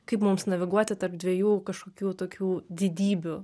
kaip mums naviguoti tarp dviejų kažkokių tokių didybių